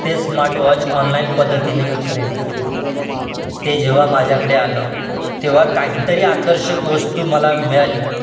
ते smartwatch online पद्धतीने मी खरेदी केला ते जेव्हा माझ्याकडे आलं तेव्हा काहीतरी आकर्षक वस्तू मला मिळाली